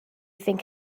think